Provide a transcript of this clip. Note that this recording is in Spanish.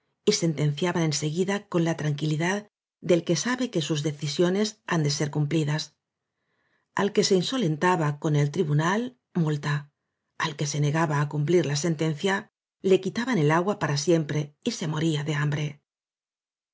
y sentenciaban en seguida con la tranquilidad del que sabe que sus decisiones han de ser cumplidas al que se insolentaba con el tribunal multa al que se negaba á cum plir la sentencia le quitaban el agua para siem pre y se moría de hambre